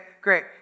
great